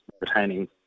retaining